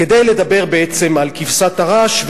כדי לדבר על כבשת הרש,